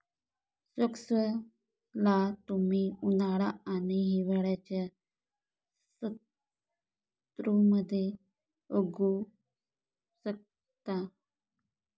squash ला तुम्ही उन्हाळा आणि हिवाळ्याच्या ऋतूमध्ये उगवु शकता